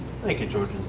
thank you, george